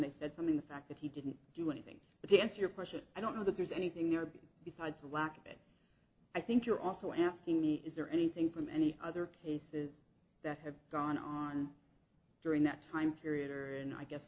they said something the fact that he didn't do anything but he answer your question i don't know that there's anything there besides a lack of it i think you're also asking me is there anything from any other cases that have gone on during that time period and i guess